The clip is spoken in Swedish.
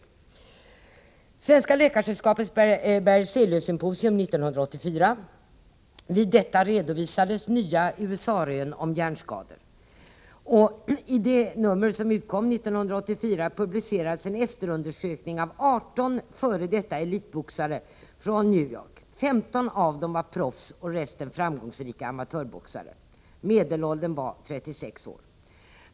Vid Svenska läkaresällskapets Berzeliussymposium 1984 redovisades nya USA-rön om hjärnskador. Och i en artikel som publicerades samma år redogjordes det för en efterundersökning från New York av 18 f.d. elitboxare. 15 av dem var proffs och resten framgångsrika amatörboxare. Medelåldern var 36 år.